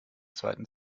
zweiten